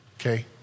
okay